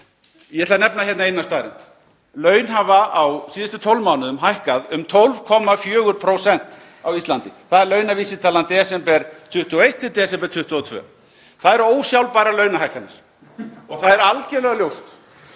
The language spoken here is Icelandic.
Ég ætla að nefna eina staðreynd. Laun hafa á síðustu 12 mánuðum hækkað um 12,4% á Íslandi. Það er launavísitalan desember 2021 til desember 2022. Það eru ósjálfbærar launahækkanir. Það er algerlega ljóst